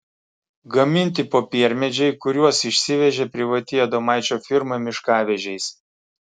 gaminti popiermedžiai kuriuos išsivežė privati adomaičio firma miškavežiais